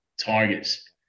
targets